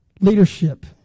leadership